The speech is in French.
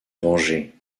venger